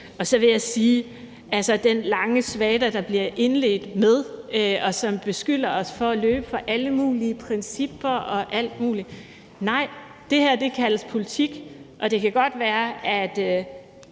Så vil jeg sige om den lange svada, der bliver indledt med, og hvor ordføreren beskylder os for at løbe fra alle mulige principper og alt muligt, at nej, det her kaldes politik. Det kan godt være, at